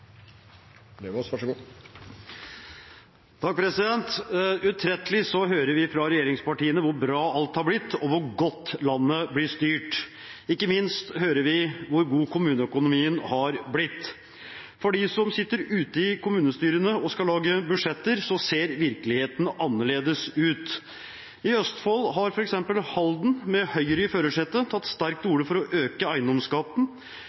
Utrettelig hører vi fra regjeringspartiene hvor bra alt har blitt, og hvor godt landet blir styrt – ikke minst hører vi hvor god kommuneøkonomien har blitt. For dem som sitter ute i kommunestyrene og skal lage budsjetter, ser virkeligheten annerledes ut. I Østfold har f.eks. Halden med Høyre i førersetet tatt sterkt til orde for å øke eiendomsskatten,